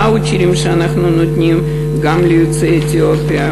הוואוצ'רים שאנחנו נותנים גם ליוצאי אתיופיה,